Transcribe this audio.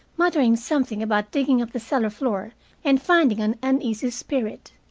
muttering something about digging up the cellar floor and finding an uneasy spirit.